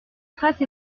trace